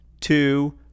two